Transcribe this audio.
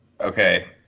Okay